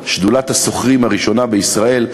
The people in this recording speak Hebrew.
שדולת השוכרים הראשונה בישראל.